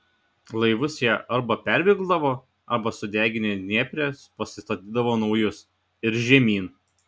laivus jie arba pervilkdavo arba sudeginę dniepre pasistatydavo naujus ir žemyn